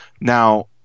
Now